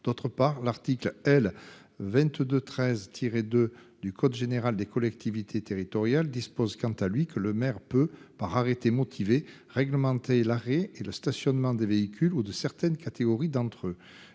fourrière. L'article L. 2213-2 du code général des collectivités territoriales précise quant à lui que le maire peut, par arrêté motivé, réglementer l'arrêt et le stationnement des véhicules ou de certaines catégories d'entre eux.